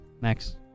Max